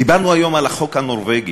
דיברנו היום על החוק הנורבגי,